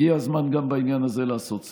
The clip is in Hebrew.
הגיע הזמן גם בעניין הזה לעשות סדר.